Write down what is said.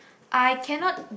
I cannot